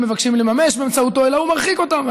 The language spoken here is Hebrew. מבקשים לממש באמצעותו אלא הוא מרחיק אותם,